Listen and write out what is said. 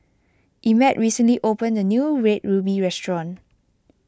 Emmitt recently opened a new Red Ruby Restaurant